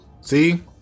See